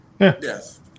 yes